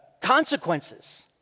consequences